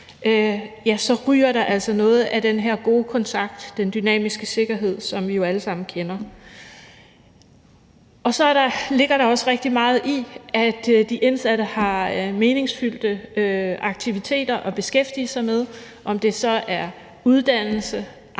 ryger der altså noget af den her gode kontakt, den dynamiske sikkerhed, som vi jo alle sammen kender. Så ligger der også rigtig meget i, at de indsatte har meningsfyldte aktiviteter at beskæftige sig med. Om det så er uddannelse, arbejde,